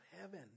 heaven